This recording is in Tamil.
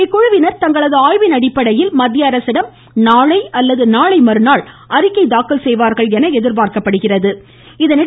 இக்குழுவினர் தங்களது ஆய்வின் அடிப்படையில் மத்திய அரசிடம் நாளை அல்லது நாளை மறுநாள் அறிக்கை தாக்கல் என எதிர்பார்க்கப்படுகிறது